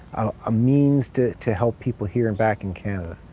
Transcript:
a means to to help people here and back in canada,